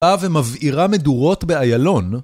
באה ומבאירה מדורות בעיילון.